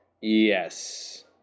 Yes